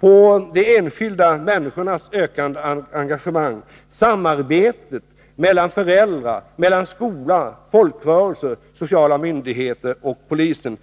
på de enskilda människornas ökande engagemang och på ett samarbete mellan föräldrar, skola, folkrörelser, sociala myndigheter och polisen.